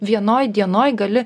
vienoj dienoj gali